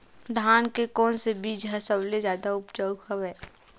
धान के कोन से बीज ह सबले जादा ऊपजाऊ हवय?